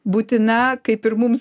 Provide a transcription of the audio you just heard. būtina kaip ir mums